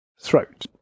throat